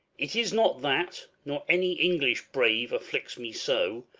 it is not that, nor any english brave, afflicts me so,